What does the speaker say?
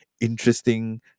interesting